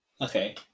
Okay